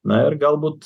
na ir galbūt